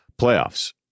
playoffs